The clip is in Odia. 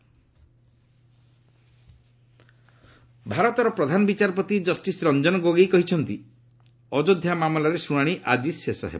ଏସ୍ସି ଅଯୋଧ୍ୟା ଭାରତର ପ୍ରଧାନ ବିଚାରପତି ଜଷ୍ଟିସ୍ ରଞ୍ଜନ ଗୋଗୋଇ କହିଛନ୍ତି ଅଯୋଧ୍ୟା ମାମଲାରେ ଶୁଣାଣି ଆଜି ଶେଷ ହେବ